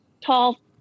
tall